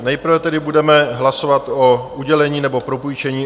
Nejprve tedy budeme hlasovat o udělení nebo propůjčení